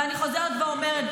ואני חוזרת ואומרת,